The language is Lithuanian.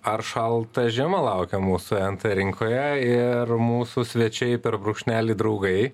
ar šalta žiema laukia mūsų nt rinkoje ir mūsų svečiai per brūkšnelį draugai